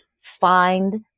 find